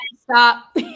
Stop